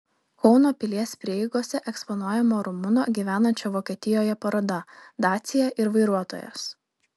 kauno pilies prieigose eksponuojama rumuno gyvenančio vokietijoje paroda dacia ir vairuotojas